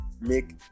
make